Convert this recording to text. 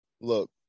look